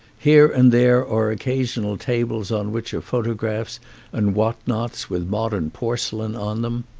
here and there are occasional tables on which are photographs and what-nots with modern porcelain on them.